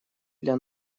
для